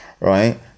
right